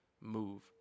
move